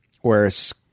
Whereas